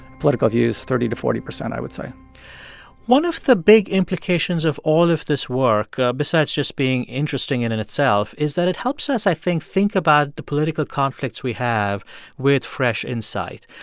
political views thirty to forty percent, i would say one of the big implications of all of this work, besides just being interesting in in itself, is that it helps us, i think, think about the political conflicts we have with fresh insight.